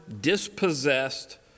dispossessed